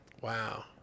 wow